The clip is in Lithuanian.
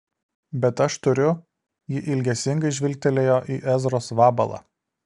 bet aš turiu ji ilgesingai žvilgtelėjo į ezros vabalą